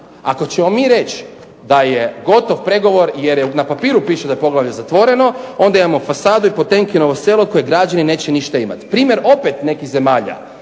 Ako ćemo mi reći da je gotov pregovor jer na papiru piše da je poglavlje zatvoreno onda imamo fasadu i Potemkinovo selo od kojeg građani neće ništa imati. Primjer, opet nekih zemalja,